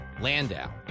Landau